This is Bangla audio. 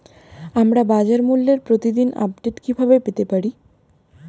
আমরা বাজারমূল্যের প্রতিদিন আপডেট কিভাবে পেতে পারি?